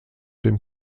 dem